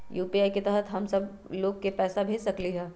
UPI के तहद हम सब लोग को पैसा भेज सकली ह?